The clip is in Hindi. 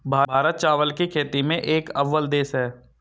भारत चावल की खेती में एक अव्वल देश है